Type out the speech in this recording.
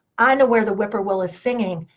i know where the whippoorwill is singing,